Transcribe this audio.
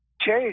Chase